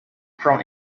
from